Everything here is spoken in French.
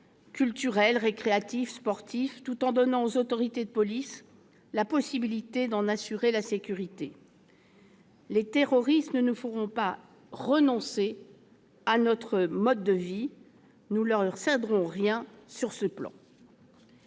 culturels, récréatifs ou sportifs, tout en donnant aux autorités de police la possibilité d'en assurer la sécurité. Les terroristes ne nous feront pas renoncer à notre mode de vie. Nous ne leur céderons rien sur ce plan.